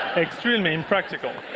extremely impractical.